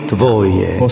Tvoje